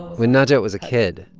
when najat was a kid,